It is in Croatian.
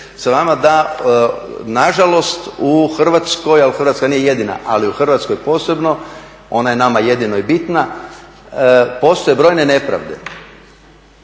nažalost u Hrvatskoj, Hrvatska nije jedina ali u Hrvatskoj posebno, ona je nama jedino i bitna, postoje brojne nepravde.